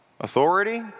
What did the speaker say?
Authority